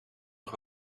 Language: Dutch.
nog